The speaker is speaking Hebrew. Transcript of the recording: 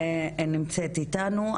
נמצא איתנו.